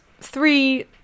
three